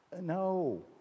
no